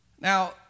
Now